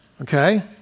okay